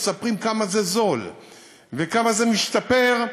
והם מספרים כמה זה זול וכמה זה משתפר.